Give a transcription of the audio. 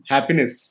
Happiness